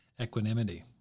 equanimity